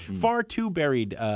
far-too-buried